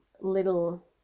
little